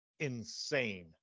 Insane